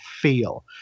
feel